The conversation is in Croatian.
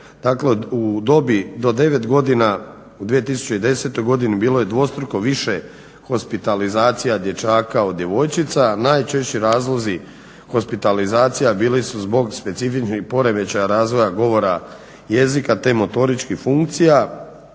u dobi do 9 godina u 2010. godini bilo je više hospitalizacija dječaka od djevojčica. Najčešći razlozi hospitalizacija bili su zbog specifičnih poremećaja razvoja govora jezika, te motoričkih funkcija,